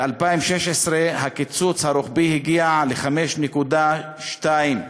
ב-2016 הקיצוץ הרוחבי הגיע ל-5.2 מיליארד.